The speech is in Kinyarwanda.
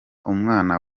umwana